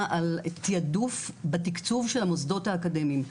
על תעדוף בתקצוב של המוסדות האקדמיים.